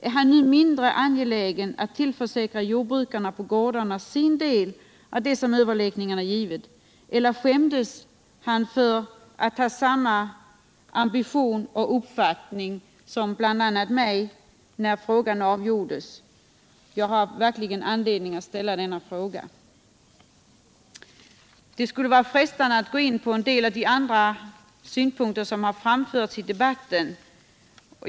Är han nu mindre angelägen att tillförsäkra jordbrukarna på gårdarna deras del av det som överläggningarna givit eller skämdes han för att ha samma ambition och uppfattning som bl.a. jag när frågan avgjordes? Jag har verkligen anledning att ställa denna fråga. Det skulle vara frestande att gå in på en del av de andra synpunkter som har framförts i debatten.